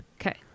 Okay